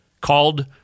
called